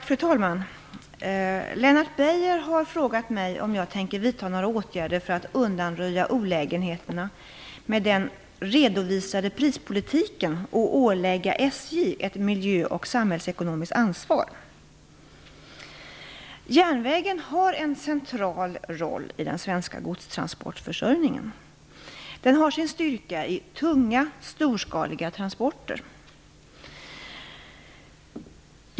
Fru talman! Lennart Beijer har frågat mig om jag tänker vidta några åtgärder för att undanröja olägenheterna med den redovisade prispolitiken och ålägga SJ ett miljö och samhällsekonomiskt ansvar. Järnvägen har en central roll i den svenska godstransportförsörjningen. Den har sin styrka i tunga storskaliga transporter.